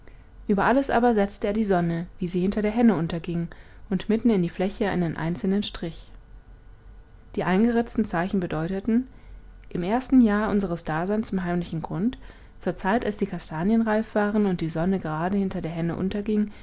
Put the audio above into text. über alles aber setzte er die sonne wie sie hinter der henne unterging und mitten in die fläche einen einzelnen strich die eingeritzten zeichen bedeuteten im ersten jahr unseres daseins im heimlichen grund zur zeit als die kastanien reif waren und die sonne gerade hinter der henne